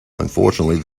unfortunately